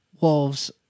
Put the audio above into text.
wolves